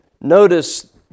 notice